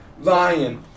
Lion